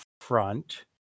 front